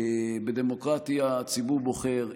בדמוקרטיה הציבור בוחר.